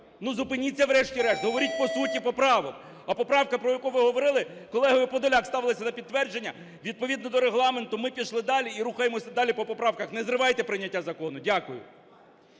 Ну, зупиніться врешті-решт, говоріть по суті поправок. А поправка, про яку ви говорили, колегою Подоляк ставилася на підтвердження, відповідно до Регламенту, ми пішли далі і рухаємося далі по поправках. Не зривайте прийняття закону. Дякую.